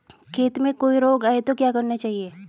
खेत में कोई रोग आये तो क्या करना चाहिए?